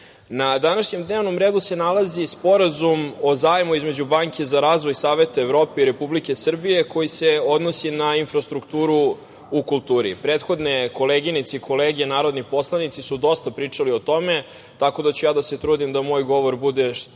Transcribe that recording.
na današnjem dnevnom redu se nalazi Sporazum o zajmu između Banke za razvoj Saveta Evrope i Republike Srbije koji se odnosi na infrastrukturu u kulturi. Prethodne koleginice i kolege narodni poslanici su dosta pričali o tome, tako da ću ja da se trudim da moj govor bude što